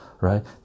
right